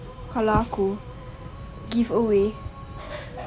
kalau aku giveaway